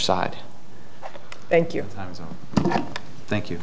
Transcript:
side thank you thank you